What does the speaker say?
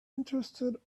interested